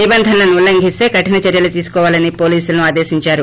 నిబంధనలను ఉల్లంఘిస్తే కఠిన చర్యలు తీసుకోవాలని పోలీసులను ఆదేశించారు